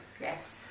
Yes